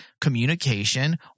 communication